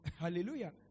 Hallelujah